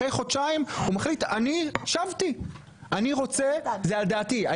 אחרי חודשיים הוא מחליט אני שבתי אני רוצה זה על דעתי.